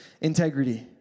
integrity